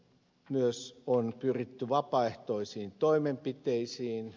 myös on pyritty vapaaehtoisiin toimenpiteisiin